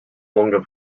longer